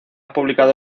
publicado